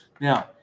Now